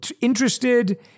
interested